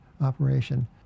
operation